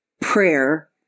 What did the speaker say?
prayer